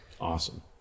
awesome